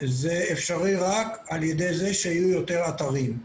אפשרית רק על-ידי קיומם של יותר אתרים.